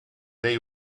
they